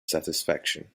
satisfaction